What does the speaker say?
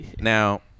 Now